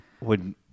would-